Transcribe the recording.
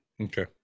Okay